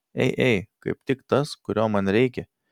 ei ei kaip tik tas kurio man reikia